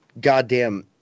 goddamn